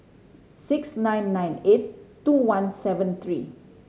six nine nine eight two one seven three